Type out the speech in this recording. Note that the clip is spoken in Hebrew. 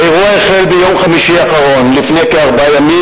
האירוע החל ביום חמישי האחרון, לפני כארבעה ימים.